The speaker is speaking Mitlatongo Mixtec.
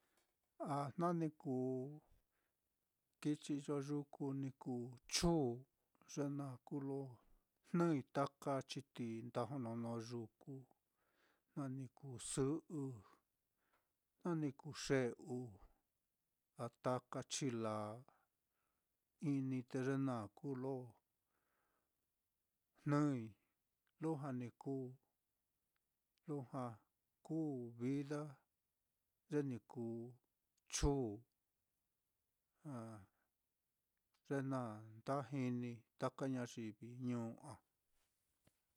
Ah jna ni kuu kichi iyo yuku, ni kuu chuun ye naá, ye naá kuu lo jnɨ taka chitií nda jononó yuku, na ni kuu sɨ'ɨ, na ni kuu xe'u, a taka chila ini, te ye naá kuu ye lo jnɨi, lujua ni kuu, lujua kuu vida ye ni kuu chuun, ah, ye naá nda jini taka ñayivi.